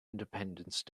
independence